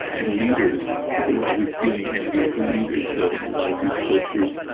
and leaders, people who are always feeling envy of the leaders. so in a lot of these cultures,